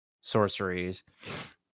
sorceries